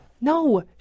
No